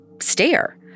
stare